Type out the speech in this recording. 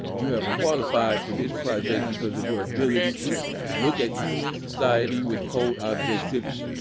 you have qualified for this project because of your ability to look at human society with cold objectivity,